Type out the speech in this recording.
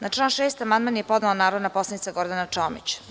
Na član 6. amandman je podnela narodna poslanica Gordana Čomić.